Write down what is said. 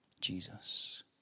Jesus